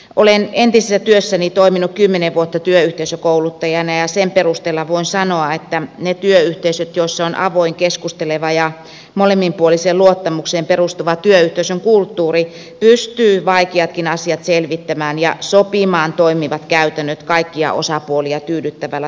olen entisessä työssäni toiminut kymmenen vuotta työyhteisökouluttajana ja sen perusteella voin sanoa että ne työyhteisöt joissa on avoin keskusteleva ja molemminpuoliseen luottamukseen perustuva työyhteisön kulttuuri pystyvät vaikeatkin asiat selvittämään ja sopimaan toimivat käytännöt kaikkia osapuolia tyydyttävällä tavalla